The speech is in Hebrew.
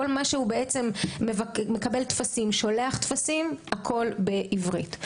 כל מה שדרכו מקבלים ושולחים טפסים הכל בעברית.